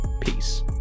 Peace